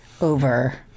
over